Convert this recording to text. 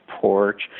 porch